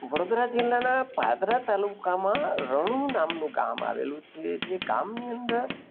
વડોદરા જિલ્લાના પાદરા તાલુકામાં રણું નામનું ગામ આવેલું છે જે ગામની અંદર